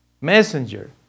Messenger